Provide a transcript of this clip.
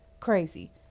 Crazy